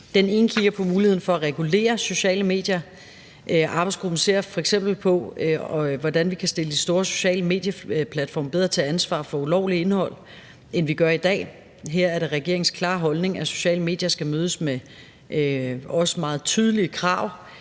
Den ene kigger på muligheden for at regulere sociale medier. Arbejdsgruppen ser f.eks. på, hvordan vi kan stille de store sociale medieplatforme bedre til ansvar for ulovligt indhold, end vi gør i dag. Her er det regeringens klare holdning, at sociale medier også skal mødes med meget tydelige krav,